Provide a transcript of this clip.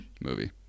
movie